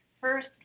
first